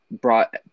brought